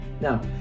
Now